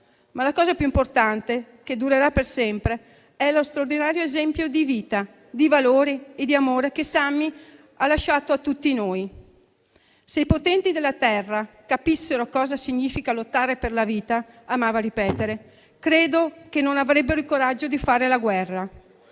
ma la cosa più importante che durerà per sempre è lo straordinario esempio di vita, valori e amore che Sammy ha lasciato a tutti noi. Se i potenti della terra capissero cosa significa lottare per la vita - amava ripetere - credo che non avrebbero il coraggio di fare la guerra.